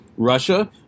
Russia